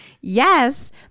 yes